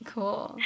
Cool